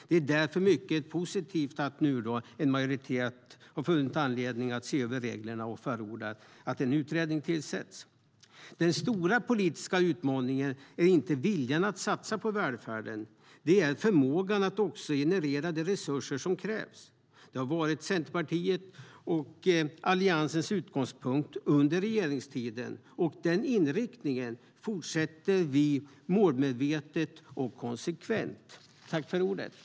Det är därför positivt att en majoritet har funnit anledning att se över reglerna och förordar att en utredning tillsätts. Den stora politiska utmaningen är inte viljan att satsa på välfärden, utan det är förmågan att generera de resurser som krävs. Det var Centerpartiets och Alliansens utgångspunkt under regeringstiden, och den inriktningen fortsätter vi målmedvetet och konsekvent med.